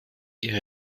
ihre